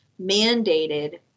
mandated